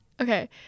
okay